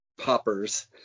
poppers